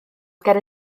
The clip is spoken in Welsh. ger